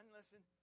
listen